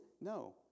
No